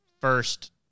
first